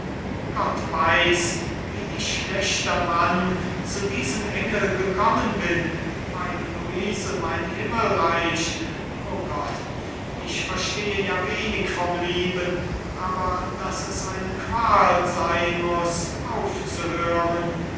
gott weiß wie ich schlechter mann zu diesem engel gekommen bin mein luise mein himmelreich o gott ich verstehe ja wenig vom lieben aber daß es eine qual sein muß